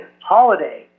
holiday